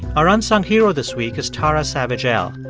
our unsung hero this week is taara savage-el.